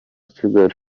kigali